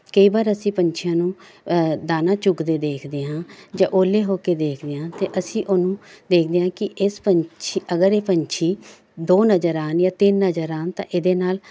ਕਈ ਵਾਰ ਅਸੀਂ ਪੰਛੀਆਂ ਨੂੰ ਦਾਣਾ ਚੁਗਦੇ ਦੇਖਦੇ ਹਾਂ ਜਾਂ ਉਹਲੇ ਹੋ ਕੇ ਦੇਖਦੇ ਹਾਂ ਅਤੇ ਅਸੀਂ ਉਹਨੂੰ ਦੇਖਦੇ ਹਾਂ ਕਿ ਇਸ ਪੰਛੀ ਅਗਰ ਇਹ ਪੰਛੀ ਦੋ ਨਜ਼ਰ ਆਉਣ ਜਾਂ ਤਿੰਨ ਨਜ਼ਰ ਆਉਣ ਤਾਂ ਇਹਦੇ ਨਾਲ